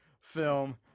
film